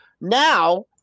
Now